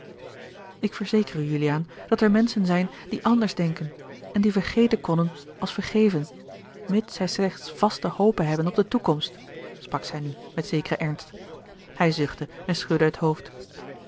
ik verzeker u juliaan dat er menschen zijn die anders denken en die vergeten konnen als vergeven mits zij slechts vaste hope hebben op de toekomst sprak zij nu met zekeren ernst hij zuchtte en schudde het hoofd